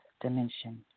dimension